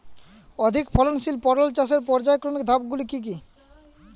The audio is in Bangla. অধিক ফলনশীল পটল চাষের পর্যায়ক্রমিক ধাপগুলি কি কি?